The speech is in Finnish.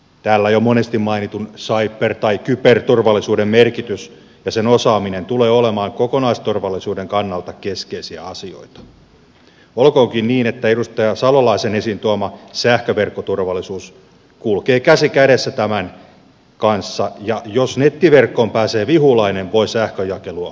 täällä jo monesti mainitun kyberturvallisuuden merkitys ja sen osaaminen tulee olemaan kokonaisturvallisuuden kannalta keskeinen asia olkoonkin niin että edustaja salolaisen esiin tuoma sähköverkkoturvallisuus kulkee käsi kädessä tämän kanssa ja jos nettiverkkoon pääsee vihulainen voi sähkönjakelu olla uhattuna